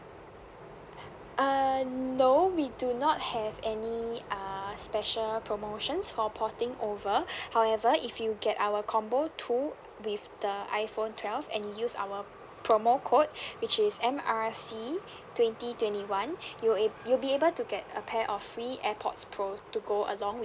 uh no we do not have any uh special promotions for porting over however if you get our combo two with the iphone twelve and you use our promo code which is M_R_I_C twenty twenty one you'll ab~ you'll be able to get a pair of free airpods pro to go along